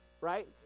right